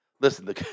listen